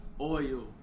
oil